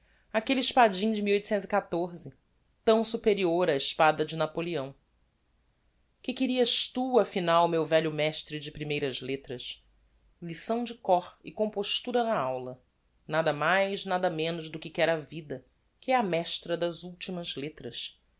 aquelle espadim de tão superior á espada de napoleão que querias tu afinal meu velho mestre de primeiras lettras lição de cór e compostura na aula nada mais nada menos do que quer a vida que é a mestra das ultimas lettras